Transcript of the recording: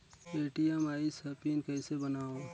ATM आइस ह PIN कइसे बनाओ?